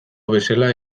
bezala